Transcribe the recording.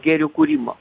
gėrių kūrimo